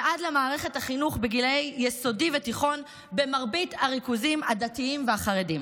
ועד למערכת החינוך בגילי יסודי ותיכון במרבית הריכוזים הדתיים והחרדיים.